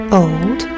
old